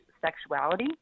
sexuality